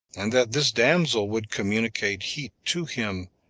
and that this damsel would communicate heat to him,